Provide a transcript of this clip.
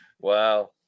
Wow